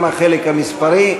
גם החלק המספרי,